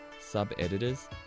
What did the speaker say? Sub-editors